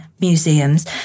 museums